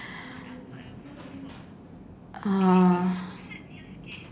uh